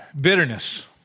Bitterness